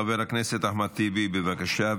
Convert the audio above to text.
חבר הכנסת אחמד טיבי, בבקשה.